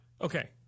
Okay